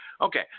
Okay